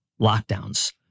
lockdowns